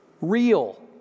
Real